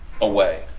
away